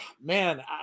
man